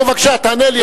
נו, בבקשה, תענה לי על זה.